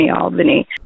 Albany